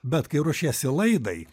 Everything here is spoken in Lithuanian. bet kai ruošiesi laidai